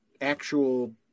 actual